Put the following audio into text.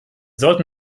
sollten